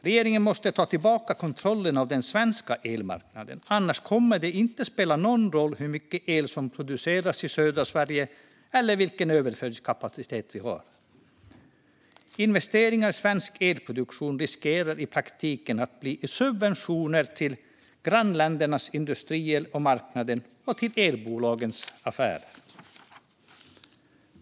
Regeringen måste ta tillbaka kontrollen över den svenska elmarknaden, för annars kommer det inte att spela någon roll hur mycket el som produceras i södra Sverige eller vilken överföringskapacitet vi har. Investeringar i svensk elproduktion riskerar att i praktiken bli subventioner till grannländernas industrier och marknader och till elbolagens affärer.